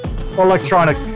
electronic